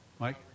Mike